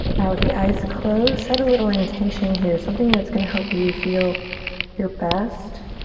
now with the eyes closed, set a little intention here. something that's gonna help you feel your best.